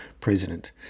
President